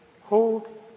hold